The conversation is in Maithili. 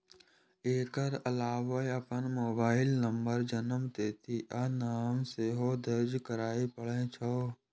एकर अलावे अपन मोबाइल नंबर, जन्मतिथि आ नाम सेहो दर्ज करय पड़ै छै